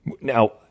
now